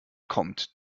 kommt